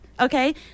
Okay